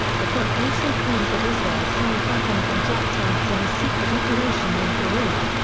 the book also claims that israel sold weapons and drop tanks in a secret operation in peru.